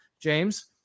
James